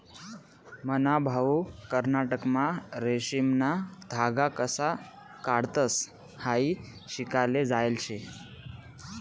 मन्हा भाऊ कर्नाटकमा रेशीमना धागा कशा काढतंस हायी शिकाले जायेल शे